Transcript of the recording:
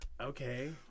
Okay